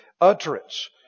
utterance